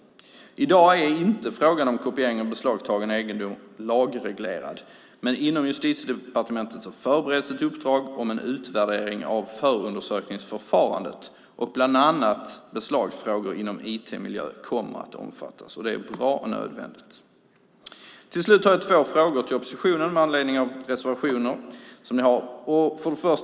I dag är inte frågan om kopiering av beslagtagen egendom lagreglerad, men inom Justitiedepartementet förbereds ett uppdrag om en utvärdering av förundersökningsförfarandet, och bland annat beslagsfrågor inom IT-miljö kommer att omfattas. Det är bra och nödvändigt. Till slut har jag två frågor till oppositionen med anledning av reservationer som ni har.